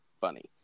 funny